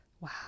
wow